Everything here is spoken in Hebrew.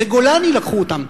זה גולני לקחו אותם.